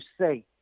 say